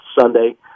Sunday